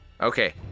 Okay